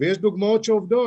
ויש דוגמאות שעובדות,